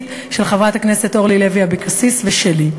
של חברת הכנסת אורלי לוי אבקסיס ושלי.